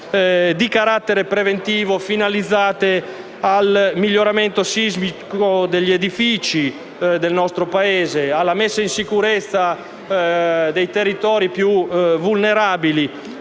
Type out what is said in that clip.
di carattere preventivo finalizzate al miglioramento sismico degli edifici del nostro Paese e alla messa in sicurezza dei territori più vulnerabili.